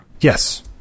Yes